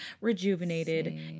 rejuvenated